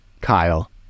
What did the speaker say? Kyle